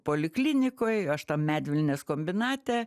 poliklinikoj aš tam medvilnės kombinate